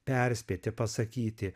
perspėti pasakyti